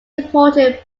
important